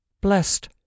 blessed